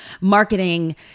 marketing